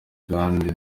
kandi